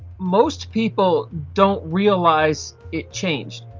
most people don't realize it changed.